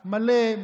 מלא,